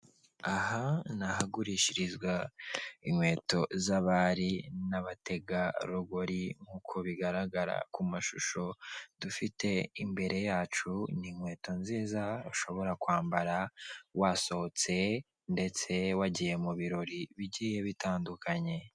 Aha ni ahagurishirizwa inkweto z'abari n'abategarugori nkuko bigaragara ku mashusho, dufite imbere yacu n'inkweto nziza ushobora kwambara wasohotse ndetse wagiye mu birori bigiye bitandukanye.